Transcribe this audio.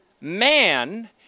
man